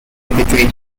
between